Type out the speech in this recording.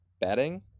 betting